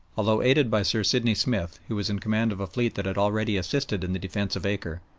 although aided by sir sidney smith, who was in command of a fleet that had already assisted in the defence of acre,